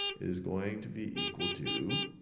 is going to be equal to